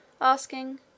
asking